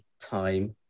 time